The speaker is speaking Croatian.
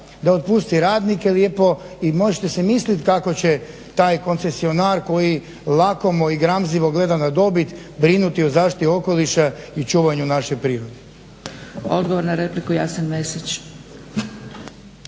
da otpusti radnike lijepo i možete si misliti kako će taj koncesionar koji lakomo i gramzivo gleda na dobit brinuti o zaštiti okoliša i čuvanju naše prirode. **Zgrebec,